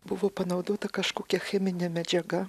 buvo panaudota kažkokia cheminė medžiaga